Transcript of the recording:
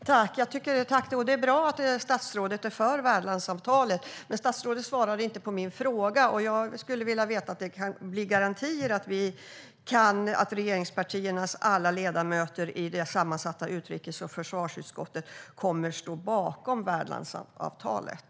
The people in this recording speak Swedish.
Herr talman! Det är bra att statsrådet är för värdlandsavtalet, men statsrådet svarade inte på min fråga. Jag skulle vilja veta om det kan garanteras att regeringspartiernas alla ledamöter i det sammansatta utrikes och försvarsutskottet kommer att stå bakom värdlandsavtalet.